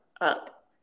up